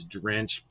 drenched